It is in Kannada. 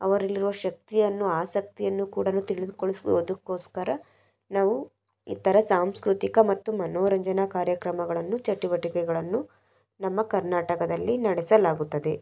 ಅವರಲ್ಲಿರುವ ಶಕ್ತಿಯನ್ನು ಆಸಕ್ತಿಯನ್ನು ಕೂಡ ತಿಳಿದುಕೊಳ್ಳಿ ಅದಕ್ಕೋಸ್ಕರ ನಾವು ಈ ಥರ ಸಾಂಸ್ಕೃತಿಕ ಮತ್ತು ಮನೋರಂಜನಾ ಕಾರ್ಯಕ್ರಮಗಳನ್ನು ಚಟುವಟಿಕೆಗಳನ್ನು ನಮ್ಮ ಕರ್ನಾಟಕದಲ್ಲಿ ನಡೆಸಲಾಗುತ್ತದೆ